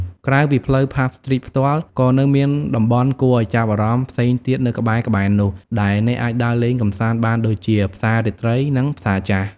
ក្រៅពីផ្លូវ ផាប់ ស្ទ្រីត ផ្ទាល់ ក៏នៅមានតំបន់គួរឲ្យចាប់អារម្មណ៍ផ្សេងទៀតនៅក្បែរៗនោះ ដែលអ្នកអាចដើរលេងកម្សាន្តបានដូចជា ផ្សាររាត្រី និង ផ្សារចាស់។